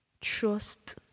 trust